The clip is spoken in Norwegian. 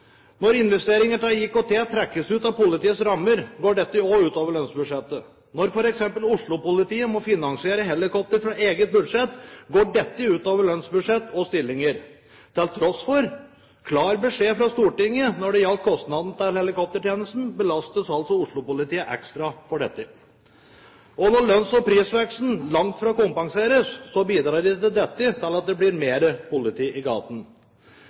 Når investeringene til IKT trekkes ut av politiets rammer, går dette også ut over lønnsbudsjettet. Når f.eks. Oslo-politiet må finansiere helikoptre fra eget budsjett, går det ut over lønnsbudsjett og stillinger. Til tross for klar beskjed fra Stortinget når det gjelder kostnaden til helikoptertjenesten, belastes altså Oslo-politiet ekstra for dette. Når lønns- og prisveksten langt fra kompenseres, bidrar ikke det til at det blir mer politi i